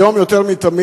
היום יותר מתמיד,